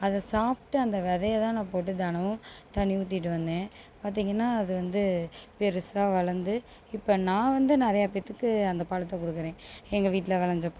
அதை சாப்பிட்டு அந்த விதைய தான் நான் போட்டு தினமும் தண்ணி ஊற்றிட்டு வந்தேன் பார்த்திங்கன்னா அது வந்து பெருசாக வளர்ந்து இப்போ நான் வந்து நிறைய பேர்த்துக்கு அந்த பழத்தை கொடுக்குறேன் எங்கள் வீட்டில விளைஞ்ச பழம்